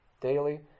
daily